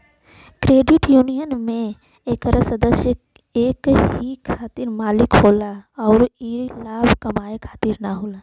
credit union में एकर सदस्य ही एकर मालिक होलन अउर ई लाभ कमाए खातिर न रहेला